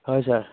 হয় ছাৰ